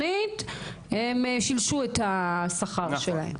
הם שילשו את השכר שלהן.